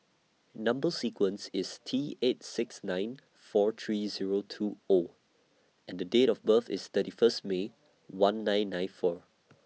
Number sequence IS T eight six nine four three Zero two O and Date of birth IS thirty First May one nine nine four